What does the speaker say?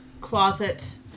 closet